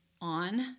on